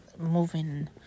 moving